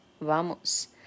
Vamos